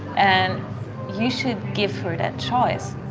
and you should give her that choice.